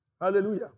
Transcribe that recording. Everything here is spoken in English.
Hallelujah